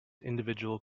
individual